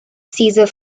cesar